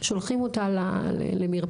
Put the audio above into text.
שולחים אותה למרפאה.